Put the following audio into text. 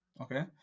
Okay